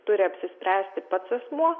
turi apsispręsti pats asmuo